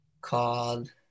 called